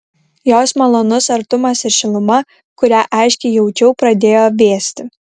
jos malonus artumas ir šiluma kurią aiškiai jaučiau pradėjo vėsti